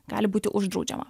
gali būti uždraudžiama